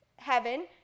heaven